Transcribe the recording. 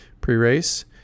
pre-race